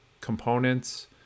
components